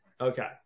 Okay